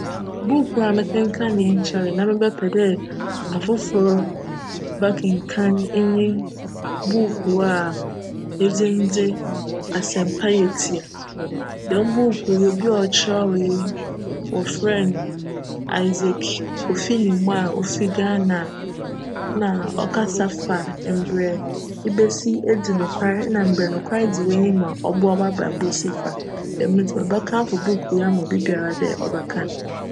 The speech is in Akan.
Buukuu a mekenkanee nnkyjree na mebjpj dj afofor bjkenkan nye buukuu a ne dzin dze Asjm Pa Yjtsia. Djm buukuu yi obi a ckyerjwee no wcfrj no Isaac Kofi Nimo a ofi Ghana a nna ckasafa mbrj ibesi edzi nokwar na mbrj nokwar dzi w'enyim a cboa w'abrabc si fa. Djm ntsi mebjkamfo buukuu yi ama obibiara dj cbjkan.